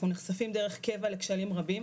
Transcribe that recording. אנחנו נחשפים דרך קבע לכשלים רבים,